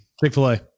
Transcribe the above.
Chick-fil-A